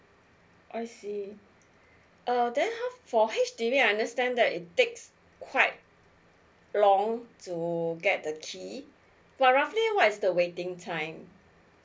I see uh then how for H_D_B I understand that it takes quite long to get the key what roughly what is the waiting time